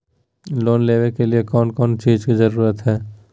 Loan लेबे के लिए कौन कौन चीज के जरूरत है?